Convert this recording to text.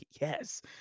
Yes